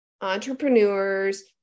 entrepreneurs